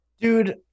dude